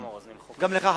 גם לך,